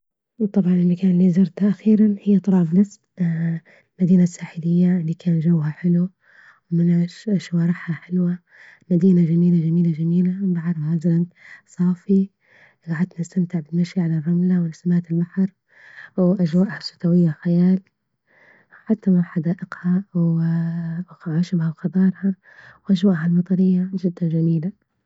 طبعا المكان اللي زرته أخيرا هي طرابلس المدينة الساحلية اللي كان جوها حلو ومنعش شوارعها حلوة، مدينة جميلة جميلة جميلة، بحرها أزرج صافي جعدت نستمتع بالمشي على الرملة ونسمات البحر، وأجوائها الشتوية خيال حتى مع حدائقها و غشمها وخضارها وأجوائها المطرية جدا جميلة.